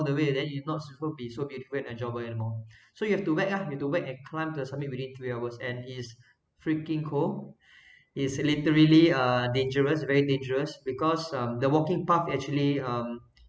the way then it were not be so beautiful and enjoyable anymore so you have to wait lah you have to wait and climb to the summit within three hours and it's freaking cold it's literally uh dangerous very dangerous because um the walking path actually um